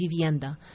Vivienda